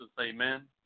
amen